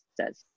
says